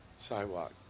Sidewalk